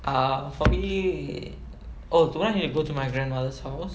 err for me oh tomorrow I need to go to my grandmother's house